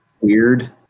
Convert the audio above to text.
weird